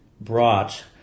brought